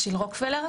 של רוקפלר?